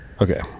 okay